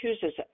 chooses